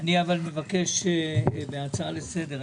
אבל אני מבקש בהצעה לסדר,